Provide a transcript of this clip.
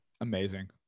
Amazing